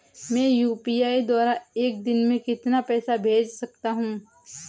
मैं यू.पी.आई द्वारा एक दिन में कितना पैसा भेज सकता हूँ?